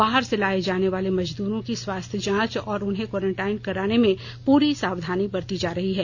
बाहर से लाये जानेवाले मजदूरों की स्वास्थ्य जांच और उन्हें कोरेंटाइन कराने में पूरी सावधानी बरती जा रही है